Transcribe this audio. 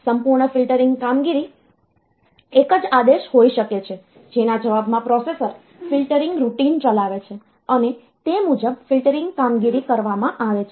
સંપૂર્ણ ફિલ્ટરિંગ કામગીરી એક જ આદેશ હોઈ શકે છે જેના જવાબમાં પ્રોસેસર ફિલ્ટરિંગ રૂટિન ચલાવે છે અને તે મુજબ ફિલ્ટરિંગ કામગીરી કરવામાં આવે છે